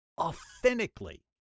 authentically